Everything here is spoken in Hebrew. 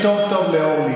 זה פשוט דבר לא ייאמן.